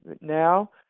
Now